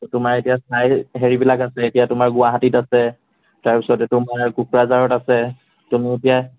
তোমাৰ এতিয়া চাইৰ হেৰি বিলাক আছে এতিয়া তোমাৰ গুৱাহাটীত আছে তাৰপিছত তোমাৰ কোকৰাঝাৰত আছে তুমি এতিয়া